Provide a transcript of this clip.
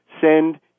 Send